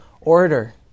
order